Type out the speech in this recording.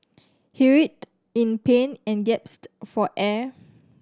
he writhed in pain and gasped for air